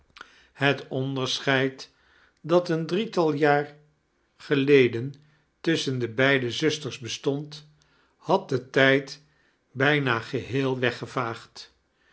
het ondecscteid dat een drietal jaar geleden tusachein de beide zusters bestond had de tijd bijna geheel weggevaagd